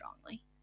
strongly